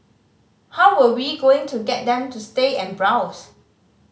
how were we going to get them to stay and browse